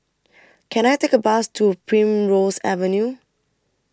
Can I Take A Bus to Primrose Avenue